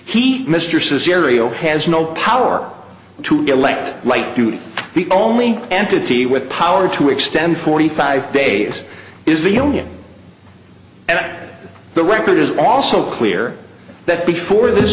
heat mr serial has no power to get light light duty the only entity with power to extend forty five days is the indian and the record is also clear that before this